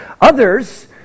Others